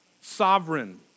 sovereign